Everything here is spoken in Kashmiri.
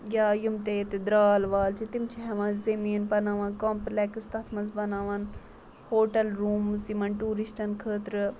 یا یِم تہِ ییٚتہِ درٛال وال چھِ تِم چھِ ہیٚوان زٔمیٖن پَتہٕ بَناوان کَمپٕلیٚکٕس تَتھ منٛز بَناوان ہوٹَل روٗمٕز یِمَن ٹوٗرِسٹَن خٲطرٕ